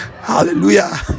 Hallelujah